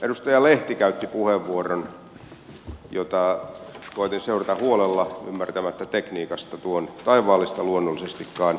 edustaja lehti käytti puheenvuoron jota koetin seurata huolella ymmärtämättä tekniikasta tuon taivaallista luonnollisestikaan